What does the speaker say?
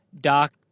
Doc